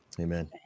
Amen